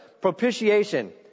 Propitiation